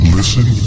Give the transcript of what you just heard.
Listen